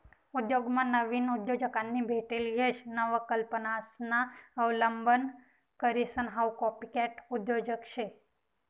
उद्योगमा नाविन उद्योजकांनी भेटेल यश नवकल्पनासना अवलंब करीसन हाऊ कॉपीकॅट उद्योजक शे